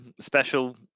special